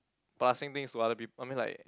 passing things to other peop~ I mean like